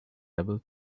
able